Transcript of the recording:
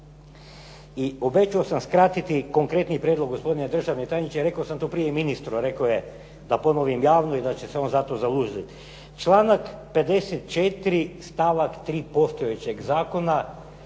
I obećao sam skratiti, konkretni prijedlog gospodine državni tajniče, rekao sam to prije i ministru, rekao da ponovim javno i da će se on za to zauzeti. Članak 54. stavak 3. postojećeg zakona